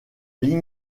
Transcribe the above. ligne